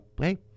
hey